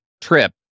trip